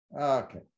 Okay